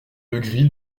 legris